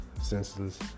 senseless